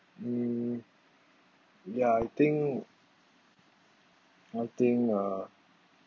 mm ya I think nothing uh